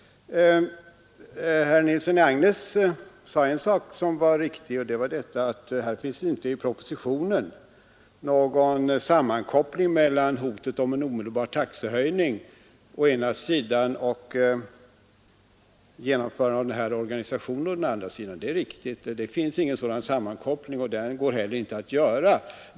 Herr Nilsson i Agnäs sade en sak som var riktig, nämligen att det i propositionen inte finns någon sammankoppling mellan hotet om en omedelbar taxehöjning å ena sidan och genomförandet av den här organisationen å andra sidan. Det är riktigt — det finns ingen sådan koppling. En sådan går heller inte att göra.